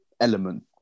element